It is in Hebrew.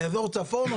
לאזור צפון,